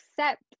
accept